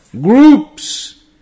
groups